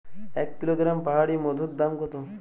এক কিলোগ্রাম পাহাড়ী মধুর দাম কত?